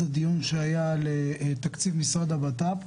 הדיון שהתקיים על תקציב המשרד לביטחון הפנים.